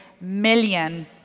million